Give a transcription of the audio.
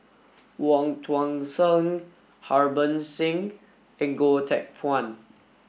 Wong Tuang Seng Harbans Singh and Goh Teck Phuan